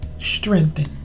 Strengthen